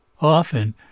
Often